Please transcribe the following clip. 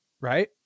right